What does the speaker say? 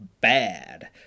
bad